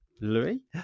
Louis